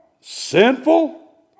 sinful